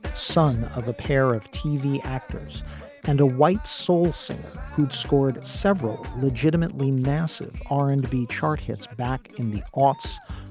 son of a pair of tv actors and a white soul singer who'd scored several legitimately massive r and b chart hits back in the aughts,